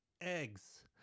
eggs